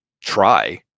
try